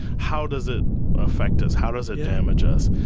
how does it affect us? how does it damage us?